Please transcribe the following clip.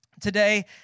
Today